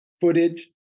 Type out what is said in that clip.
footage